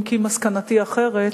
אם כי מסקנתי אחרת.